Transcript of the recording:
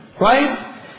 Right